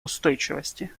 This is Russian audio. устойчивости